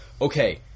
okay